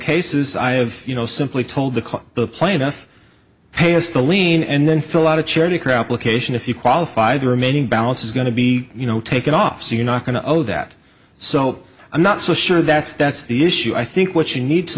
cases i have you know simply told the clerk the plaintiff has to lean and then fill out a charity crap location if you qualify the remaining balance is going to be you know taken off so you're not going to owe that so i'm not so sure that's that's the issue i think what you need to